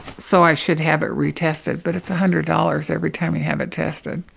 so i should have it retested. but it's a hundred dollars every time we have it tested,